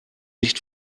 nicht